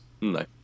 No